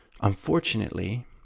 Unfortunately